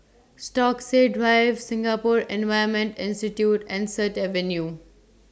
Stokesay Drive Singapore Environment Institute and Sut Avenue